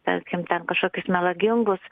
tarkim ten kažkokius melagingus